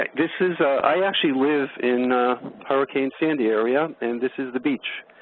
like this is i actually lived in hurricane sandy area and this is the beach.